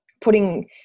putting